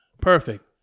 Perfect